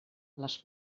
les